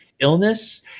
illness